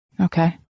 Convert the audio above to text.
Okay